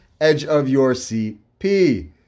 EdgeofyourseatP